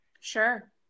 Sure